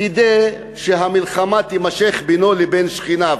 כדי שהמלחמה תימשך בינו לבין שכניו.